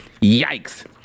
Yikes